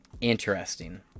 Interesting